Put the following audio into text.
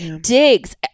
digs